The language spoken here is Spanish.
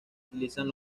utilizan